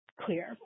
clear